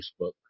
Facebook